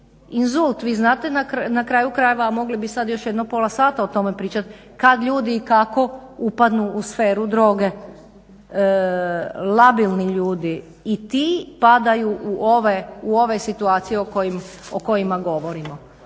inzult, vi znate na kraju krajeva, a mogli bi sad još jedno pola sata o tome pričat, kad ljudi i kako upadnu u sferu droge, labilni ljudi i ti padaju u ove situacije o kojima govorimo.